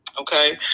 Okay